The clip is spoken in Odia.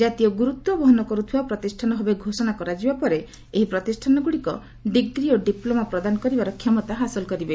ଜାତୀୟ ଗୁରୁତ୍ୱ ବହନ କରୁଥିବା ପ୍ରତିଷ୍ଠାନଭାବେ ଘୋଷଣା କରାଯିବା ପରେ ଏହି ପ୍ରତିଷ୍ଠାନଗୁଡ଼ିକ ଡିଗ୍ରୀ ଓ ଡିପ୍ଲୋମା ପ୍ରଦାନ କରିବାର କ୍ଷମତା ହାସଲ କରିବେ